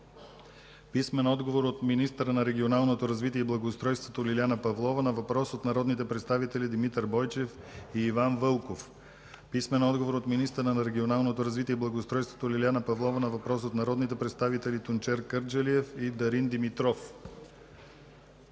Зефиров; - министъра на регионалното развитие и благоустройството Лиляна Павлова на въпрос от народните представители Димитър Бойчев и Иван Вълков; - министъра на регионалното развитие и благоустройството Лиляна Павлова на въпрос от народните представители Тунчер Кърджалиев и Дарин Димитров;